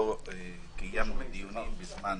לא קיימנו דיונים בזמן